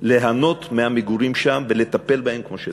ליהנות מהמגורים שם ולטפל בהם כמו שצריך.